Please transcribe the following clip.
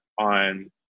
on